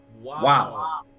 wow